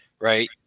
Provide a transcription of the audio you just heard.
Right